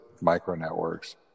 micro-networks